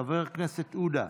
חבר הכנסת עודה,